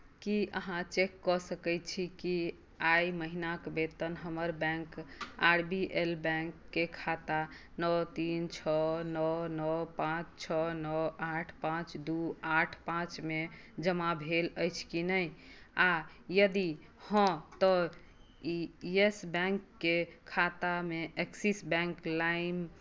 कि अहाँ चेक कऽ सकै छी कि एहि महिनाके वेतन हमर बैँक आर बी एल बैँकके खाता नओ तीन छओ नओ नओ पाँच छओ नओ आठ पाँच दुइ आठ पाँचमे जमा भेल अछि कि नहि आओर यदि हांँ तऽ येस बैँकके खातामे एक्सिस बैँक लाइम